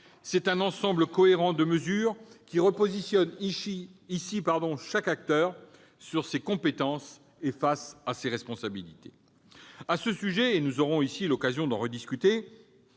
tout, un ensemble cohérent de mesures qui repositionnent chaque acteur sur ses compétences et face à ses responsabilités. À ce sujet, et nous aurons l'occasion d'en rediscuter